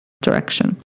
direction